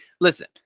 Listen